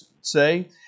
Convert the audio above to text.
say